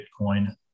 Bitcoin